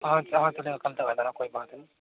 हाँ हाँ चलेगा कल तक आ जाना कोई बात नहीं